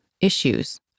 issues